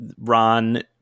Ron